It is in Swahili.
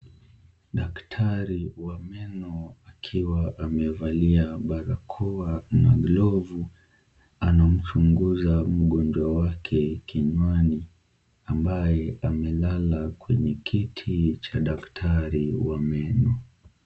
Daktari wa meno akiwa amevalia barakoa na glavu anamchunguza mgonjwa wake kinywani ambaye amelala kwenye kiti cha daktari wa meno.